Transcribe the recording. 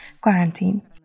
quarantine